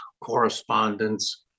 correspondence